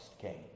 came